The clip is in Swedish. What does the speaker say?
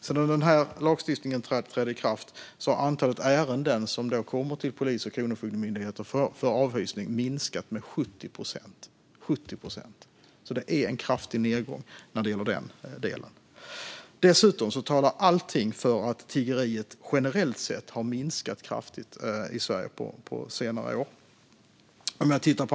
Sedan den trädde i kraft har antalet ärenden som kommer till Polismyndigheten och Kronofogdemyndigheten för avhysning minskat med 70 procent. Det är en kraftig nedgång i den delen. Dessutom talar allting för att tiggeriet generellt sett har minskat kraftigt i Sverige på senare år.